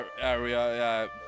Area